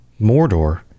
Mordor